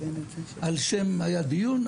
היה דיון,